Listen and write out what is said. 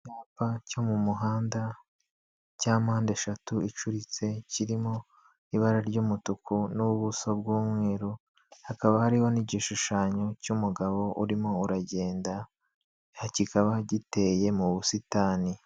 Icyapa cyo mu muhanda cya mpandeshatu icuritse kirimo ibara ry'umutuku n'ubuso bw'umweru hakaba hariho n'igishushanyo cy'umugabo urimo uragenda kikaba giteye mu busitani.